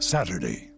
Saturday